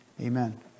amen